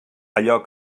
allò